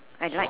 I like